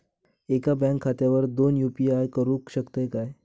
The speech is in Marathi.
एका बँक खात्यावर दोन यू.पी.आय करुक शकतय काय?